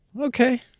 Okay